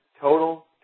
Total